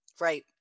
right